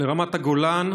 לרמת הגולן,